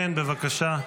בבקשה.